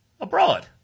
abroad